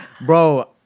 Bro